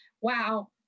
wow